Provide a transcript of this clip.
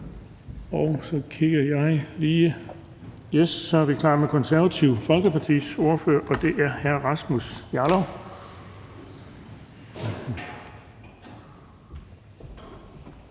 Så kigger jeg lige rundt, og vi er klar til Det Konservative Folkepartis ordfører, og det er hr. Rasmus Jarlov.